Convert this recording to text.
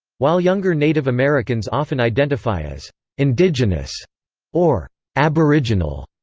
while younger native americans often identify as indigenous or aboriginal.